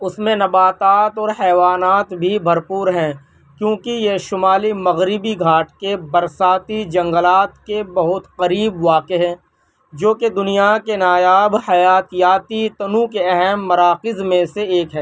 اس میں نباتات اور حیوانات بھی بھرپور ہیں کیونکہ یہ شمالی مغربی گھاٹ کے برساتی جنگلات کے بہت قریب واقع ہے جو کہ دنیا کے نایاب حیاتیاتی تنوع کے اہم مراکز میں سے ایک ہے